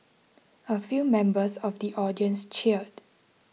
a few members of the audience cheered